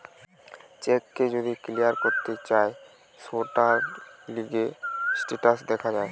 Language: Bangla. চেক কে যদি ক্লিয়ার করতে চায় সৌটার লিগে স্টেটাস দেখা যায়